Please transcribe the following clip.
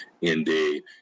indeed